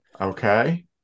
Okay